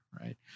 right